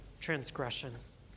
transgressions